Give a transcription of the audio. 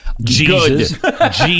jesus